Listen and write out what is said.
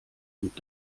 und